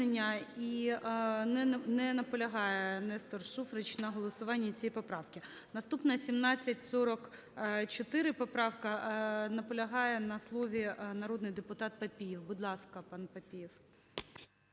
Наступна 1744 поправка. Наполягає на слові народний депутат Папієв. Будь ласка, пане Папієв.